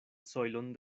sojlon